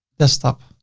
desktop,